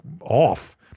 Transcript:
off